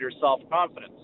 self-confidence